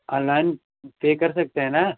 online pay कर सकते हैं ना